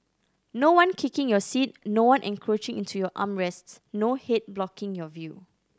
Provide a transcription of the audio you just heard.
no one kicking your seat no one encroaching into your arm rests no head blocking your view